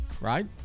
right